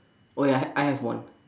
oh ya I have one